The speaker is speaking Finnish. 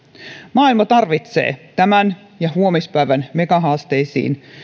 maailma tarvitsee tämän päivän ja huomispäivän megahaasteisiin